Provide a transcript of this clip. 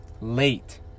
late